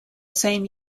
same